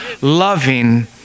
loving